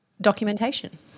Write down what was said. documentation